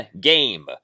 game